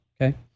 okay